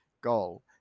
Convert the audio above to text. goal